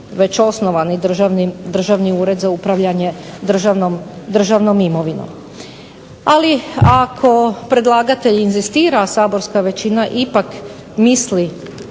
već osnovani Državni ured za upravljanje državnom imovinom. Ali ako predlagatelj inzistira, a saborska većina ipak misli